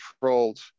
controlled